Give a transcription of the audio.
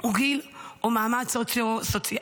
או גיל או מעמד סוציו-אקונומי.